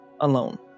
alone